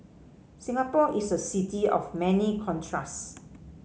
Singapore is a city of many contrast